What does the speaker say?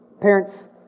Parents